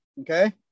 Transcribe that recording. Okay